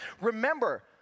Remember